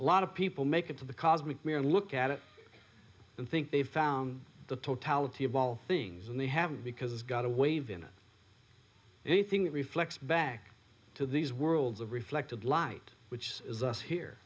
a lot of people make it to the cosmic mirror look at it and think they've found the totality of all things and they have because it's got a wave in it anything that reflects back to these worlds of reflected light which is us here